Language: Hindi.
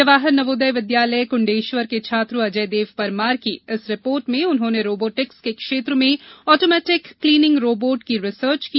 जवाहर नवोदय विद्यालय कृंडेश्यर के छात्र अजय देव परमार की इस रिसर्ट ने उन्होंने रोबोटिक्स के क्षेत्र में ऑटोमेटिक क्लीनिंग रोबोट की रिसर्च की